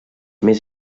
més